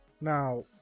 Now